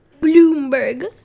Bloomberg